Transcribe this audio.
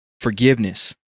forgiveness